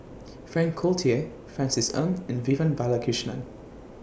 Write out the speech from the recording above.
Frank Cloutier Francis Ng and Vivian Balakrishnan